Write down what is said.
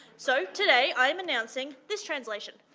so today, i am announcing this translation.